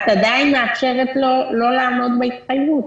את עדיין מאפשרת לו לא לעמוד בהתחייבות.